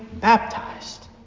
baptized